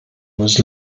was